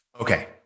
Okay